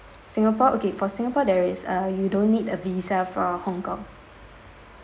singapore okay for singapore there is uh you don't need a visa for hong kong